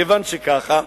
מכיוון שכך,